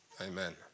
Amen